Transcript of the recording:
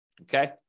okay